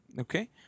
Okay